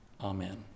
Amen